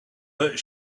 but